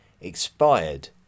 expired